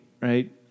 right